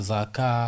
Zaka